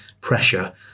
pressure